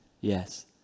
yes